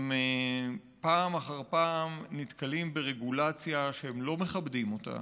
הם פעם אחר פעם נתקלים ברגולציה שהם לא מכבדים אותה,